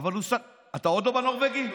עוד לא בנורבגי.